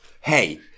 hey